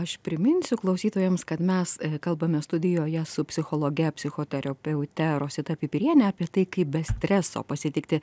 aš priminsiu klausytojams kad mes kalbame studijoje su psichologe psichoterapeute rosita pipirienė apie tai kaip be streso pasitikti